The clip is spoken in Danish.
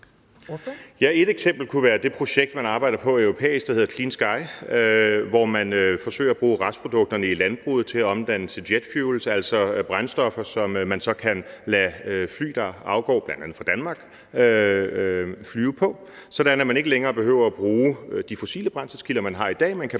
Et eksempel kunne være det projekt, man arbejder på i europæisk regi, der hedder Clean Sky, hvor man forsøger at bruge restprodukterne i landbruget og omdanne dem til jet fuel, altså brændstoffer, som man så kan lade fly, der afgår bl.a. fra Danmark, flyve på, sådan at man ikke længere behøver at bruge de fossile brændselskilder, man har i dag.